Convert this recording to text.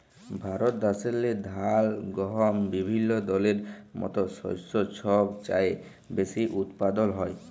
ভারত দ্যাশেল্লে ধাল, গহম বিভিল্য দলের মত শস্য ছব চাঁয়ে বেশি উৎপাদল হ্যয়